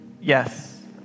yes